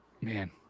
Man